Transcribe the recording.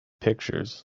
pictures